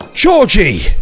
Georgie